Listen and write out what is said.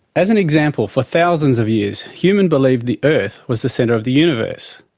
as an example, for thousands of years, humans believed the earth was the centre of the universe.